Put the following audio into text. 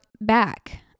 back